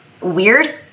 weird